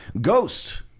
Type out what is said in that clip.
Ghost